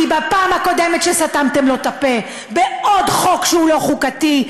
כי בפעם הקודמת שסתמתם לו את הפה בעוד חוק שהוא לא חוקתי,